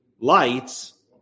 lights